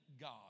God